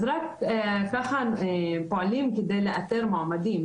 אז רק כך פועלים כדי לאתר מועמדים.